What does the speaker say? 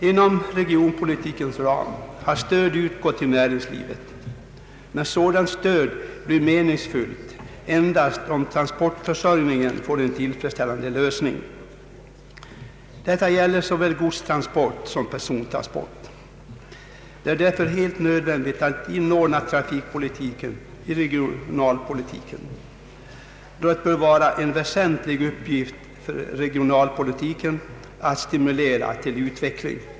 Inom regionpolitikens ram har stöd utgått till näringslivet, men sådant stöd blir meningsfullt endast om transportförsörjningen är tillfredsställande. Detta gäller såväl godstransport som persontransport. Det är därför helt nödvändigt att inordna trafikpolitiken i regionpolitiken, då det bör vara en väsentlig uppgift för denna att stimulera till utveckling.